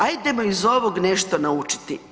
Ajdemo iz ovog nešto naučiti.